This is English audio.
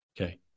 Okay